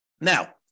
Now